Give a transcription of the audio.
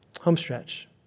Homestretch